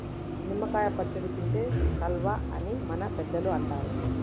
నిమ్మ కాయ పచ్చడి తింటే సల్వా అని మన పెద్దలు అంటరు